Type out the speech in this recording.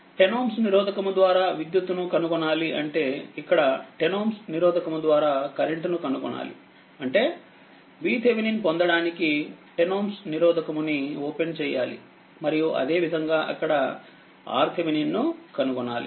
10Ωనిరోధకముద్వారా విద్యుత్తును కనుగొనాలిఅంటేఇక్కడ10Ωనిరోధకముద్వారా కరెంట్ను కనుగొనాలిఅంటేVTheveninపొందడానికి10Ωనిరోధకముని ఓపెన్ చెయ్యాలి మరియు అదేవిధంగాఅక్కడRTheveninను కనుగొనాలి